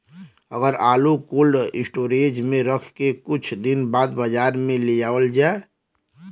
अगर आलू cold storage में रख के कुछ दिन बाद बाजार में लियावल जा?